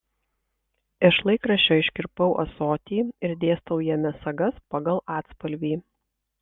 iš laikraščio iškirpau ąsotį ir dėstau jame sagas pagal atspalvį